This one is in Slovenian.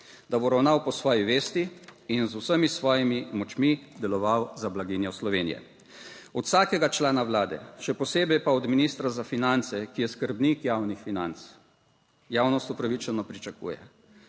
da bo ravnal po svoji vesti in z vsemi svojimi močmi deloval za blaginjo Slovenije. Od vsakega člana Vlade, še posebej pa od ministra za finance, ki je skrbnik javnih financ, javnost upravičeno pričakuje,